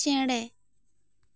ᱪᱮᱬᱮ